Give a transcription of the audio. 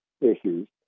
issues